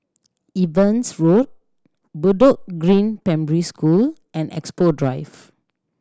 Evans Road Bedok Green Primary School and Expo Drive